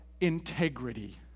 integrity